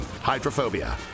hydrophobia